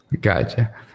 Gotcha